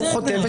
הוא חותם.